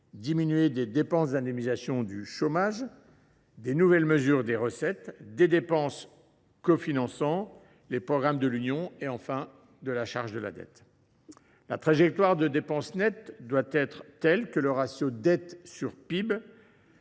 diminuées des dépenses d’indemnisation du chômage, des mesures nouvelles en recettes, des dépenses cofinançant des programmes de l’Union européenne et de la charge de la dette. La trajectoire de dépenses nettes doit être telle que le ratio de la